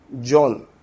John